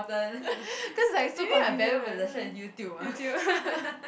cause like so convenient right YouTube